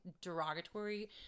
derogatory